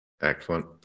Excellent